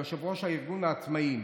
יושב-ראש ארגון העצמאים,